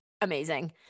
amazing